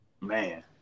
Man